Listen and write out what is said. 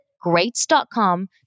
Greats.com